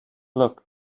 look